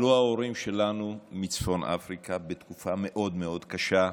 עלו ההורים שלנו מצפון אפריקה בתקופה מאוד מאוד קשה,